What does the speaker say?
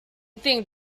think